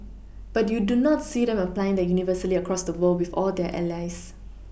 but you do not see them applying that universally across the world with all their allies